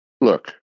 look